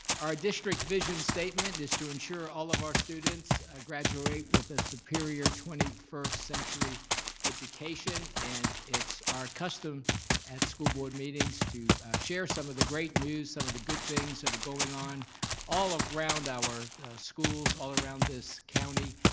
our district vision statement is to ensure all of our students graduate with a superior twenty first century education, and it's our custom at school board meetings to share some of the great news, some of the good things that are going on all around our schools, all around this county,